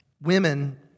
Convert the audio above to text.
women